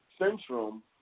Centrum